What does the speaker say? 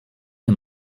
him